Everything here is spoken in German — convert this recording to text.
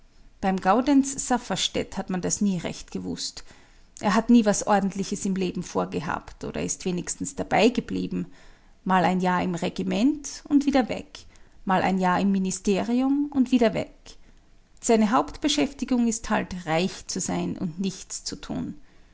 beim gaudenz safferstätt hat man das nie recht gewußt er hat nie was ordentliches im leben vorgehabt oder ist wenigstens dabeigeblieben mal ein jahr im regiment und wieder weg mal ein jahr im ministerium und wieder weg seine hauptbeschäftigung ist halt reich zu sein und nichts zu tun